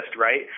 right